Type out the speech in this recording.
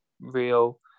real